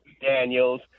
Daniels